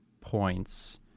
points